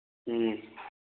ꯎꯝ